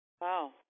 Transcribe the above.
Wow